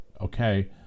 okay